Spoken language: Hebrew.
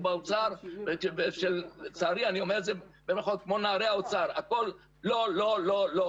בקשות להוצאת היתר בנייה ולמיטב ידיעתי